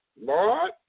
Lord